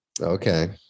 okay